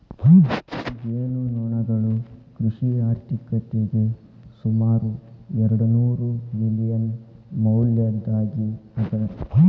ಜೇನುನೊಣಗಳು ಕೃಷಿ ಆರ್ಥಿಕತೆಗೆ ಸುಮಾರು ಎರ್ಡುನೂರು ಮಿಲಿಯನ್ ಮೌಲ್ಯದ್ದಾಗಿ ಅದ